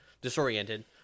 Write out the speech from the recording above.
disoriented